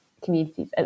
communities